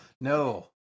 No